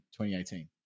2018